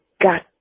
got